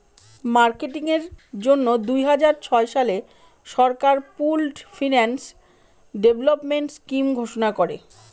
marketing এর জন্য দুই হাজার ছয় সালে সরকার পুল্ড ফিন্যান্স ডেভেলপমেন্ট স্কিম ঘোষণা করে